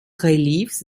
reliefs